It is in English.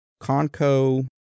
Conco